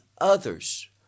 others